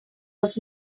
was